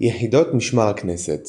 יחידות משמר הכנסת